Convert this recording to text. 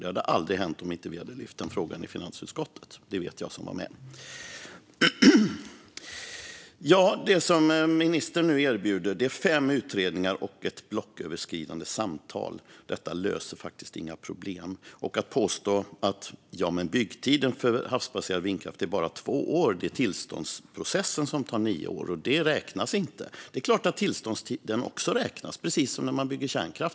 Det hade aldrig hänt om vi inte hade lyft upp frågan i finansutskottet. Det vet jag som var med. Det som ministern nu erbjuder är fem utredningar och ett blocköverskridande samtal. Det löser inga problem. När det gäller påståendet att byggtiden för havsbaserad vindkraft bara är två år och att det är tillståndsprocessen som tar nio år och att den inte räknas är det klart att tillståndstiden också räknas, precis som när man bygger kärnkraft.